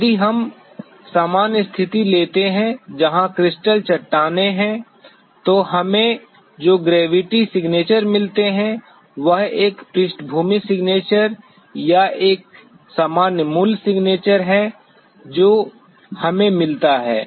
यदि हम सामान्य स्थिति लेते हैं जहां क्रस्टल चट्टानें हैं तो हमें जो ग्रेविटी सिग्नेचर मिलते हैं वह एक पृष्ठभूमि सिग्नेचर या एक सामान्य मूल सिग्नेचर है जो हमें मिलता है